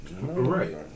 Right